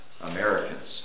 Americans